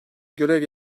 görev